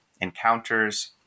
encounters